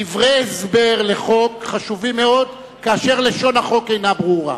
דברי הסבר לחוק חשובים מאוד כאשר לשון החוק איננה ברורה.